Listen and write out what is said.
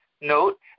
note